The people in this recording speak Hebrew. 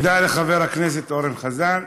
תודה לחבר הכנסת אורן חזן,